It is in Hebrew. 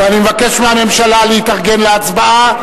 אני מבקש מהממשלה להתארגן להצבעה,